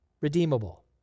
redeemable